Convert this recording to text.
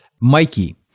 Mikey